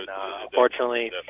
Unfortunately